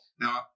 Now